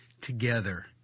together